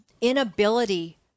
inability